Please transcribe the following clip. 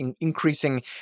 increasing